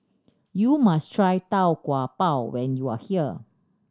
you must try Tau Kwa Pau when you are here